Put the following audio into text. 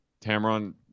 tamron